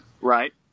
Right